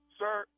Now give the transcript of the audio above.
sir